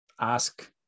ask